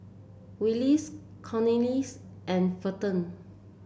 Willis Cornelius and Felton